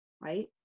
right